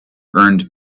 earned